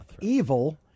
evil